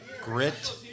Grit